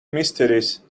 mysteries